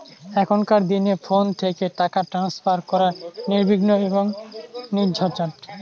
এখনকার দিনে ফোন থেকে টাকা ট্রান্সফার করা নির্বিঘ্ন এবং নির্ঝঞ্ঝাট